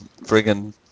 friggin